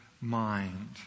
mind